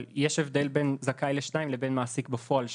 אבל יש הבדל בין זכאי לשניים לבין מעסיק בפועל שניים.